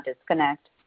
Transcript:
disconnect